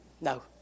No